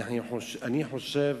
אני חושב